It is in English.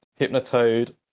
hypnotoad